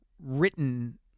written